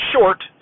short